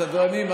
הסדרנים,